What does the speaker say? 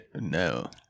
no